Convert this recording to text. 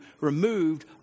removed